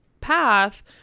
path